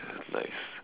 nice